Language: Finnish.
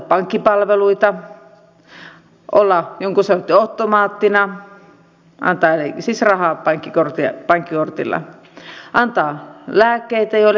voisiko se hoitaa pankkipalveluita olla jonkun sortin ottomaattina antaa siis rahaa pankkikortilla antaa lääkkeitä joillekin ihmisille